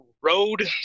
road